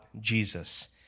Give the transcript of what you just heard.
Jesus